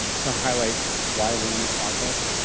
to highlight why we are in this process,